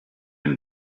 been